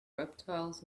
reptiles